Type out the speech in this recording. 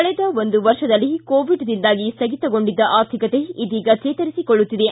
ಕಳೆದ ಒಂದು ವರ್ಷದಲ್ಲಿ ಕೋವಿಡ್ದಿಂದಾಗಿ ಸ್ಥಗಿತಗೊಂಡಿದ್ದ ಆರ್ಥಿಕತೆ ಇದೀಗ ಚೇತರಿಸಿಕೊಳ್ಳುತ್ತಿದೆ